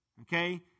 Okay